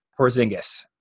porzingis